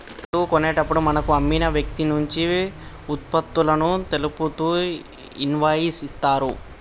వస్తువు కొన్నప్పుడు మనకు అమ్మిన వ్యక్తినుంచి వుత్పత్తులను తెలుపుతూ ఇన్వాయిస్ ఇత్తరు